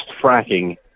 fracking